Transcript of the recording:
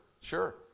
Sure